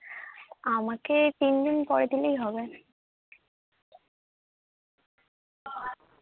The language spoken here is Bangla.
আমাকে তিন দিন পরে দিলেই হবে